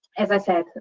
as i said,